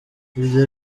ibyo